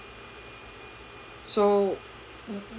so